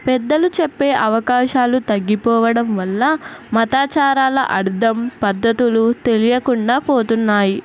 పెద్దలు చెప్పే అవకాశాలు తగ్గిపోవడం వల్ల మతాచారాల అర్థం పద్ధతులు తెలియకుండా పోతున్నాయి